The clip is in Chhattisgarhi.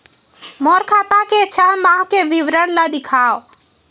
मोर खाता के छः माह के विवरण ल दिखाव?